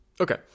Okay